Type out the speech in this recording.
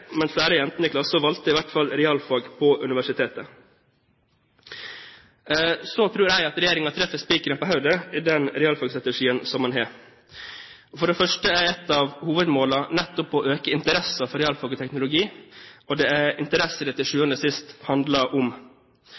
men flere av jentene i klassen valgte i hvert fall realfag på universitetet. Jeg tror regjeringen treffer spikeren på hodet med den realfagstrategien man har. For det første er ett av hovedmålene nettopp å øke interessen for realfag og teknologi – og det er interesse det til sjuende og sist handler om.